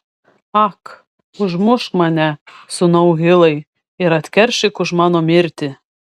ak užmušk mane sūnau hilai ir atkeršyk už mano mirtį